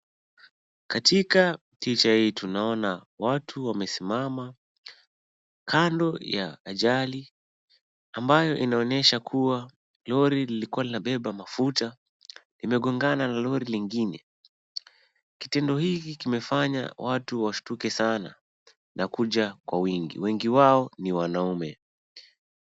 Katika picha hii tunaona watu wamesimama, kando ya ajali ambayo inaonyesha kuwa lori lililokua linabeba mafuta, limegongana na lori lingine. Kitendo hiki kimefanya watu washtuke sana na kuja kwa wingi, wengi wao ni wanaume.